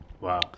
Wow